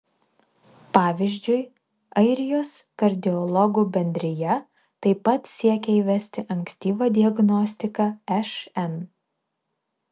pavyzdžiui airijos kardiologų bendrija taip pat siekia įvesti ankstyvą diagnostiką šn